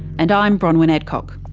and i'm bronwyn adcock